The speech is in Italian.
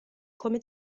come